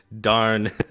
darn